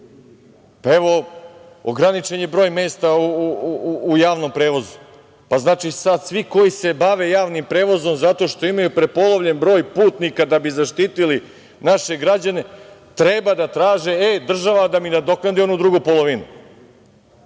pa evo ograničen je broj mesta u javnom prevozu, pa znači sada svi koji se bave javnim prevozom zato što imaju prepolovljen broj putnika da bi zaštitili naše građane treba da traže - država da mi nadoknadi onu drugu polovinu.